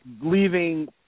leaving